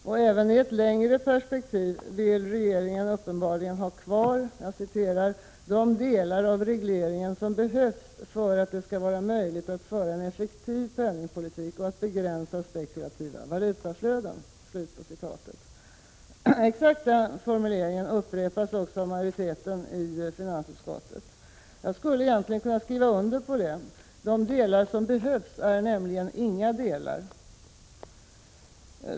Och även i ett längre perspektiv vill regeringen uppenbarligen ha kvar ”de delar av regleringen som behövs för att det skall vara möjligt att föra en effektiv penningpolitik och att begränsa spekulativa valutaflöden”. Exakt den formuleringen upprepas av majoriteten i finansutskottet. Jag skulle egentligen kunna skriva under på detta — de delar som behövs är nämligen inga delar.